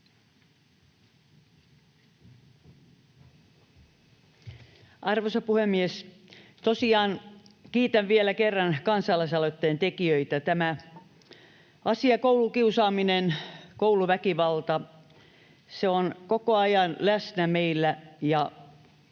Arvoisa puhemies! Tosiaan kiitän vielä kerran kansalaisaloitteen tekijöitä. Tämä asia — koulukiusaaminen, kouluväkivalta — on meillä koko ajan läsnä.